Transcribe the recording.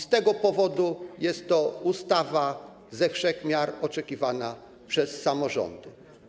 Z tego powodu jest to ustawa ze wszech miar oczekiwana przez samorządy.